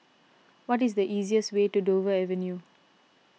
what is the easiest way to Dover Avenue